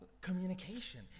Communication